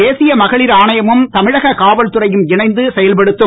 தேசிய மகளிர் ஆணையமும் தமிழக காவல்துறையும் இணைந்து செயல்படுத்தும்